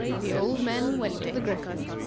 the old men went to the griffin,